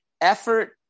effort